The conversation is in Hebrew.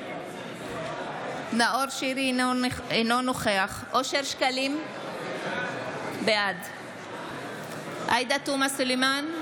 אינו נוכח אושר שקלים, בעד עאידה תומא סלימאן,